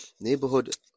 Neighborhood